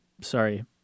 sorry